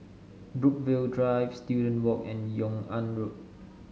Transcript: Brookvale Drive Student Walk and Yung An Road